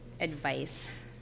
advice